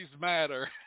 matter